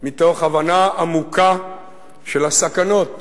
מתוך הבנה עמוקה של הסכנות